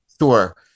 Sure